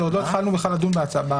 מקריות, עוד לא התחלנו בכלל לדון בסעיף.